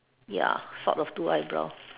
ya sort of two eye brown